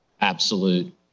absolute